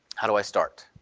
how do i start?